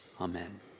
Amen